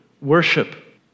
worship